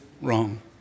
wrong